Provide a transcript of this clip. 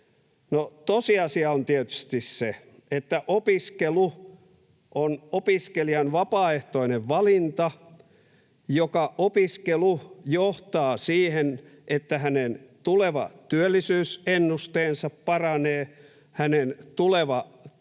tosiasia on tietysti se, että opiskelu on opiskelijan vapaaehtoinen valinta, joka johtaa siihen, että hänen tuleva työllisyysennusteensa paranee, hänen tuleva